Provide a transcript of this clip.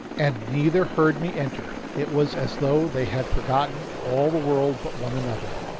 and neither heard me enter it was as though they had forgotten all the world but one another.